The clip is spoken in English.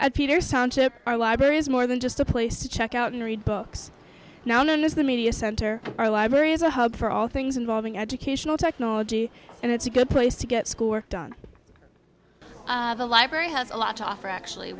at peter sonship our library is more than just a place to check out and read books now known as the media center our library is a hub for all things involving educational technology and it's a good place to get schoolwork done the library has a lot to offer actually